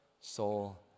Soul